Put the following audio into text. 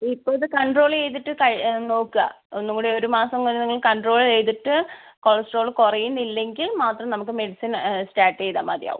ഇപ്പോൾ ഇത് കണ്ട്രോൾ ചെയ്തിട്ട് നോക്കുക ഒന്നുകൂടെ ഒരു മാസം വരെ നിങ്ങൾ കണ്ട്രോൾ ചെയ്തിട്ട് കൊളസ്ട്രോൾ കുറയുന്നില്ലെങ്കിൽ മാത്രം നമുക്ക് മെഡിസിൻ സ്റ്റാർട്ട് ചെയ്താൽ മതിയാകും